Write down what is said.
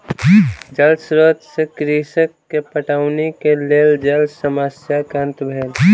जल स्रोत से कृषक के पटौनी के लेल जल समस्याक अंत भेल